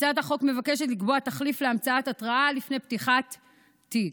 הצעת החוק מבקשת לקבוע תחליף להמצאת התראה לפני פתיחת תיק.